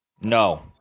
No